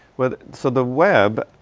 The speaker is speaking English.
whether so the web